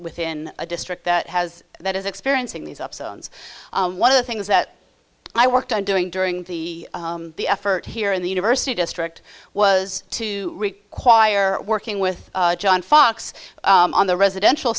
within a district that has that is experiencing these up zones one of the things that i worked on doing during the effort here in the university district was to require working with john fox on the residential